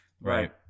Right